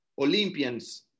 olympians